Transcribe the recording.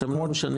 אתם לא משנים.